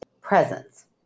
presence